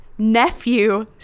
nephew